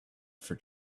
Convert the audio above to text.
for